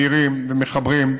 מהירים ומחברים,